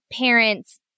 parents